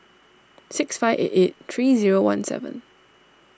six five eight eight three zero one seven